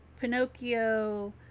Pinocchio